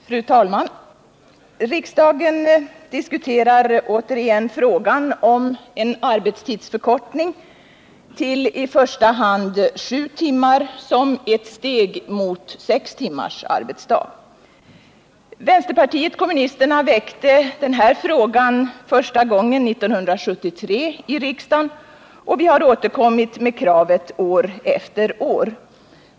Fru talman! Riksdagen diskuterar återigen frågan om en arbetstidsförkortning till i första hand sju timmar som ett första steg mot sex timmars arbetsdag. Vänsterpartiet kommunisterna väckte den här frågan första gången 1973 i riksdagen och har återkommit med kravet år efter år.